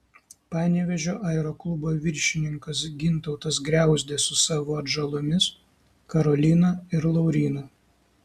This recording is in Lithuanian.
panevėžio aeroklubo viršininkas gintautas griauzdė su savo atžalomis karolina ir laurynu